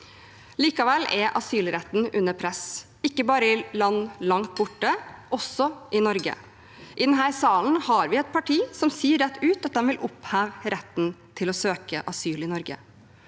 Likevel er asylretten under press, ikke bare i land langt borte, men også i Norge. I denne sal har vi et parti som sier rett ut at de vil oppheve retten til å søke asyl i Norge.